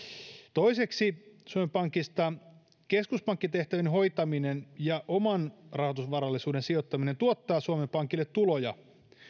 toiseksi suomen pankista keskuspankkitehtävien hoitaminen ja oman rahoitusvarallisuuden sijoittaminen tuottaa suomen pankille tuloja